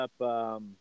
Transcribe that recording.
up –